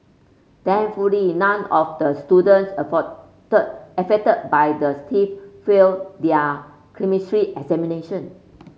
thankfully none of the students afford affected by the theft failed their Chemistry examination